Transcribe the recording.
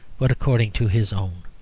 but according to his own.